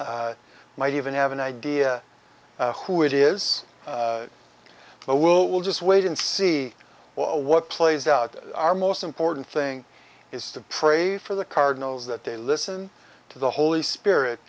might even have an idea who it is but we'll just wait and see what plays out our most important thing is to pray for the cardinals that they listen to the holy spirit